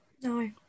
no